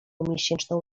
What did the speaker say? miesięczną